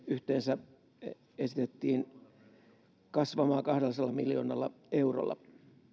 yhteensä esitettiin kasvamaan kahdellasadalla miljoonalla eurolla